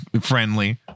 friendly